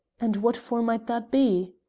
and what for might that be?